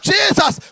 Jesus